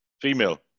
Female